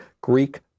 Greek